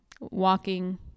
walking